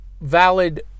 valid